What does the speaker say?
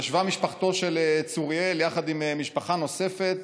ישבה משפחתו של צוריאל יחד עם משפחה נוספת